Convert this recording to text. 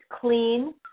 clean